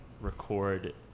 record